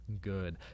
good